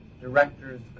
directors